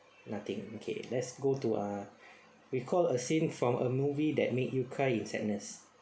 nothing okay let's go to uh recall a scene from a movie that made you cry in sadness